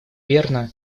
верно